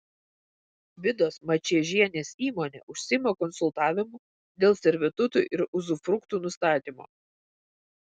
vidos mačiežienės įmonė užsiima konsultavimu dėl servitutų ir uzufruktų nustatymo